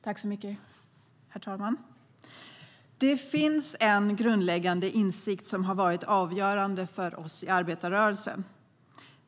Herr talman! Det finns en grundläggande insikt som har varit avgörande för oss i arbetarrörelsen.